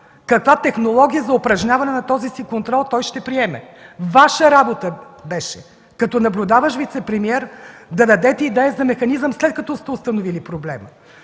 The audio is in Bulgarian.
каква технология за упражняване на този си контрол той ще приеме, Ваша работа беше като наблюдаващ вицепремиер да дадете идея за механизъм, след като сте установили проблема.